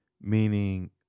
meaning